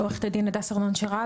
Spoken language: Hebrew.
עורכת הדין הדס ארנון-שרעבי,